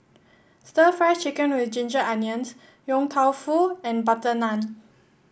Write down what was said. stir Fry Chicken with Ginger Onions Yong Tau Foo and butter naan